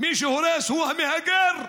מי שהורס הוא המהגר.